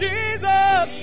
Jesus